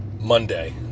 Monday